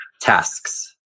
tasks